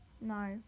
No